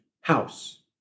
house